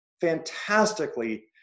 fantastically